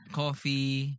coffee